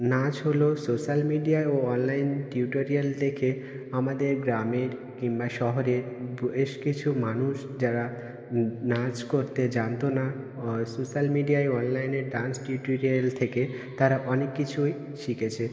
নাচ হলো সোশ্যাল মিডিয়ায় ও অনলাইন টিউটোরিয়াল দেখে আমাদের গ্রামের কিংবা শহরের বেশ কিছু মানুষ যারা নাচ করতে জানতো না ও সোশ্যাল মিডিয়ায় অনলাইনে ডান্স টিউটোরিয়াল থেকে তারা অনেক কিছুই শিখেছে